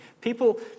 People